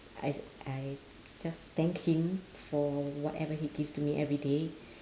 I I just thank him for whatever he gives to me everyday